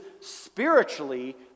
spiritually